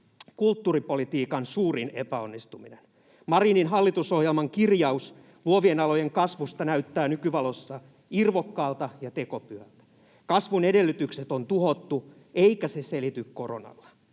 kulttuuripolitiikan suurin epäonnistuminen. Marinin hallitusohjelman kirjaus luovien alojen kasvusta näyttää nykyvalossa irvokkaalta ja tekopyhältä. Kasvun edellytykset on tuhottu, eikä se selity koronalla.